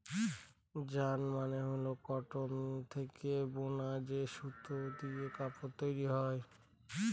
yarn মানে হল cotton থেকে বুনা যে সুতো দিয়ে কাপড় তৈরী হয়